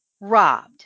robbed